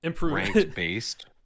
ranked-based